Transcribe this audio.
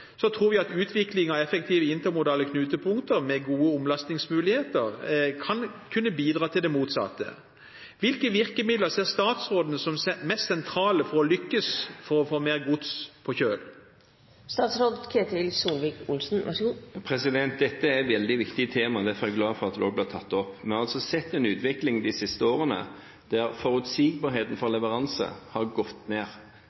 så tror vi at utviklingen av effektive intermodale knutepunkter med gode omlastningsmuligheter vil kunne bidra til det motsatte. Hvilke virkemidler ser statsråden som mest sentrale for å lykkes med å få mer gods på kjøl? Dette er et veldig viktig tema, derfor er jeg glad for at det blir tatt opp. Vi har altså sett en utvikling de siste årene der forutsigbarheten for leveranse har gått ned.